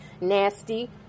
nasty